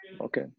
okay